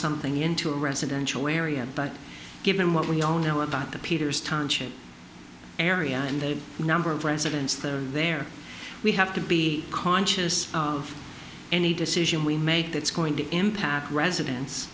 something into a residential area but given what we know now about the peters township area and the number of residents there we have to be conscious of any decision we make that's going to impact residen